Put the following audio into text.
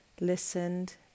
listened